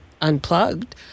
unplugged